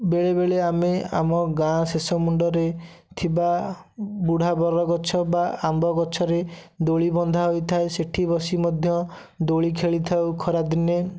ବେଳେବେଳେ ଆମେ ଆମ ଗାଁ ଶେଷ ମୁଣ୍ଡରେ ଥିବା ବୁଢ଼ା ବରଗଛ ବା ଆମ୍ବ ଗଛରେ ଦୋଳି ବନ୍ଧା ହୋଇଥାଏ ସେଇଠି ବସି ମଧ୍ୟ ଦୋଳି ଖେଳିଥାଉ ଖରାଦିନେ